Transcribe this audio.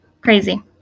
crazy